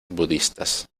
budistas